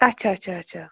اَچھا اَچھا اَچھا